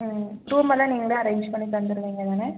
ம் ரூம் எல்லாம் நீங்களே அரேஞ்ச் பண்ணி தந்துடுவிங்க தானே